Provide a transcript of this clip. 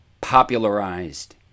popularized